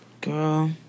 Girl